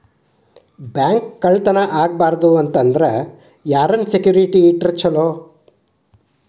Bank ಕಳ್ಳತನಾ ಆಗ್ಬಾರ್ದು ಅಂತ ಅಂದ್ರ ಯಾರನ್ನ ಸೆಕ್ಯುರಿಟಿ ಇಟ್ರ ಚೊಲೊ?